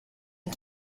and